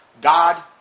God